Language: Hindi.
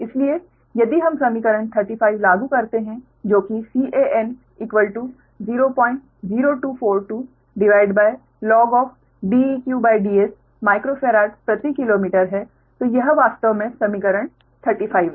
इसलिए यदि हम समीकरण 35 लागू करते हैं जो किCan00242log DeqDs माइक्रोफेराड प्रति किलोमीटर है तो यह वास्तव में समीकरण 35 है